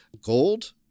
gold